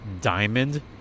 diamond